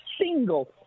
single